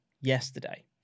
yesterday